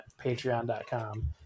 Patreon.com